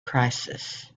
crisis